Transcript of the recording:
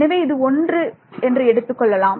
எனவே இது 1 என்ன எடுத்துக் கொள்ளலாம்